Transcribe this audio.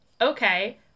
Okay